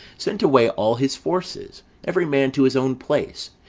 sent away all his forces, every man to his own place,